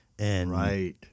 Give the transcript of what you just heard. Right